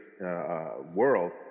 world